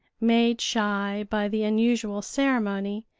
made shy by the unusual ceremony,